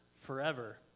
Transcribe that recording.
forever